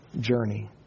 journey